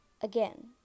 Again